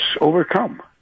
overcome